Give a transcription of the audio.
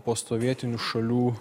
postsovietinių šalių